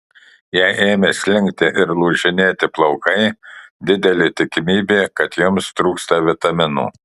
jei ėmė slinkti ir lūžinėti plaukai didelė tikimybė kad jums trūksta vitaminų